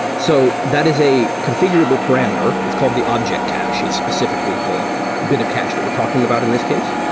so that is a confi gurable parameter. it's called the object cache. it's specifi cally the bit of cache that we're talking about in this case.